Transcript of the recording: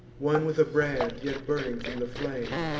one with a brand yet burning from the flame,